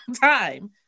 time